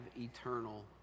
eternal